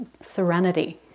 serenity